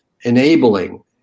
enabling